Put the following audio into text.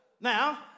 Now